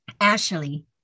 Ashley